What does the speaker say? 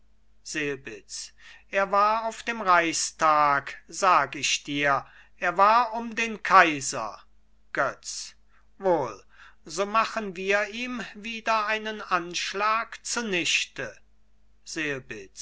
selbitz er war auf dem reichstag sag ich dir er war um den kaiser götz wohl so machen wir ihm wieder einen anschlag zunichte